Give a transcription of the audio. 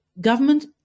government